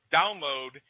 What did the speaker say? download